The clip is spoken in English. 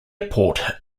airport